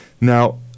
Now